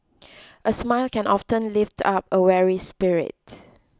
a smile can often lift up a weary spirit